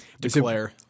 Declare